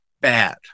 bad